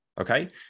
okay